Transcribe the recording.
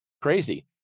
Crazy